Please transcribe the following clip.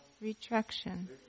retraction